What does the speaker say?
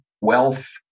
wealth